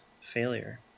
failure